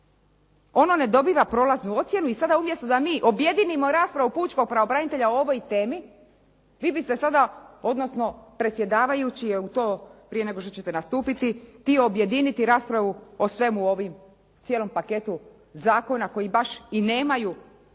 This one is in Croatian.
Ono ne dobiva prolaznu ocjenu i sada umjesto da mi objedinimo raspravu Pučkog pravobranitelja o ovoj temi, vi biste sada, odnosno predsjedavajući je u to prije nego što ćete nastupiti htio objediniti raspravu o svemu ovim, cijelom paketu zakona koji baš i nemaju.